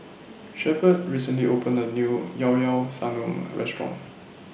Shepherd recently opened A New Llao Llao Sanum Restaurant